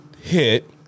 hit